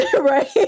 Right